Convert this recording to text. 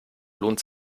lohnt